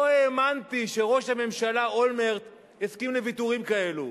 לא האמנתי שראש הממשלה אולמרט יסכים לוויתורים כאלו.